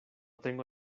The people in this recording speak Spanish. tengo